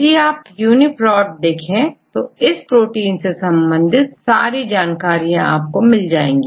यदि आपUniProt देखें तो इस प्रोटीन से संबंधित सारी जानकारी मिल जाएगी